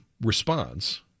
response